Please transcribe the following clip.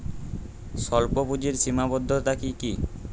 স্বল্পপুঁজির সীমাবদ্ধতা কী কী?